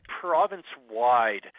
province-wide